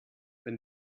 wenn